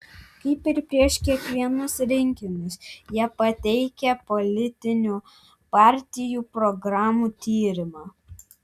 kaip ir prieš kiekvienus rinkimus jie pateikia politinių partijų programų tyrimą